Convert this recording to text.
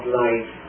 life